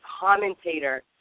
commentator